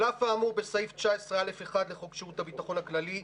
על אף האמור בסעיף 19(א)(1) לחוק שירות הביטחון הכללי,